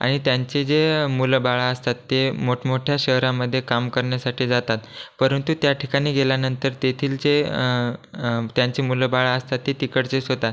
आणि त्यांचे जे मुलंबाळं असतात ते मोठमोठ्या शहरामधे काम करण्यासाठी जातात परंतु त्या ठिकाणी गेल्यानंतर तेथील जे त्यांची मुलंबाळं असतात ते तिकडचेच होतात